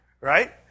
Right